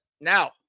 now